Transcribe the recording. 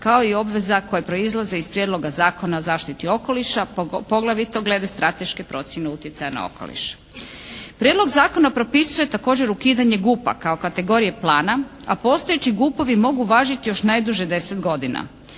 kao i obveza koje proizlaze iz Prijedloga zakona o zaštiti okoliša poglavito glede strateške procjene utjecaja na okoliš. Prijedlog zakona propisuje također ukidanje GUP-a kao kategorije plana a postojeći GUP-ovi mogu važiti još najduže deset godina.